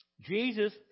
Jesus